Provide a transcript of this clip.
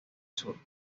sur